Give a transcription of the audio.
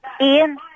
Ian